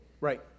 right